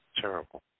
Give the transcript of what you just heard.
Terrible